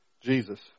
Jesus